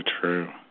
true